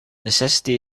necessity